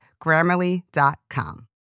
Grammarly.com